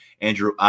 Andrew